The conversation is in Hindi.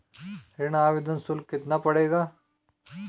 ऋण आवेदन शुल्क कितना पड़ेगा?